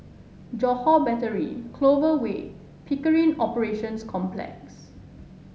Johore Battery Clover Way Pickering Operations Complex